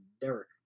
Derek